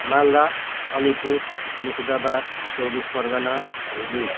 मालदा अलिपुर मुर्सिदाबाद चौबिस परगना हुगली